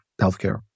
healthcare